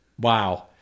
wow